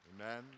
Amen